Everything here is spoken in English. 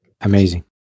Amazing